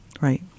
Right